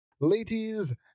ladies